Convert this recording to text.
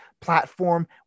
platform